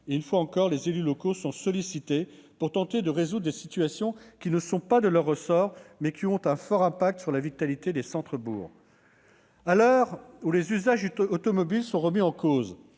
Une fois encore, les élus locaux sont sollicités pour tenter de résoudre des problèmes qui ne sont pas de leur ressort, mais qui ont un fort impact sur la vitalité des centres-bourgs. À l'heure où les usages automobiles sont remis en cause,